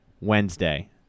Wednesday